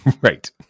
Right